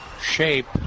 shape